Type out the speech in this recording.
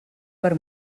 per